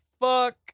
fuck